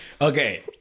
okay